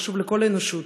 חשוב לכל האנושות,